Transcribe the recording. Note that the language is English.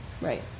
Right